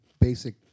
basic